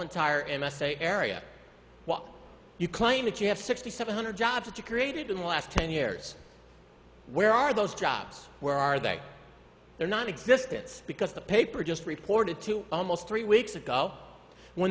entire m s a area what you claim that you have sixty seven hundred jobs to created in the last ten years where are those jobs where are they they're not existence because the paper just reported to almost three weeks ago when